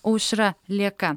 aušra lėka